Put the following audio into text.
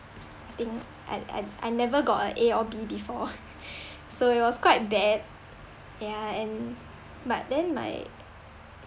think I I I never got a A or B before so it was quite bad ya and but then my